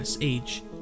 age